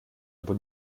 aber